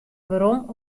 werom